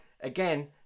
again